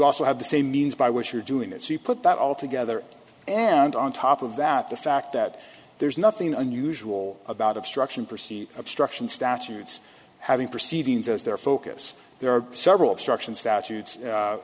also have the same means by which you're doing that so you put that all together and on top of that the fact that there's nothing unusual about obstruction proceed obstruction statutes having proceedings as their focus there are several obstruction statutes